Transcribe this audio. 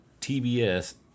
TBS